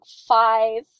five